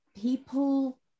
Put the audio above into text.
people